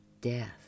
Death